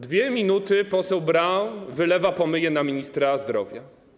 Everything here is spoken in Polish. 2 minuty poseł Braun wylewa pomyje na ministra zdrowia.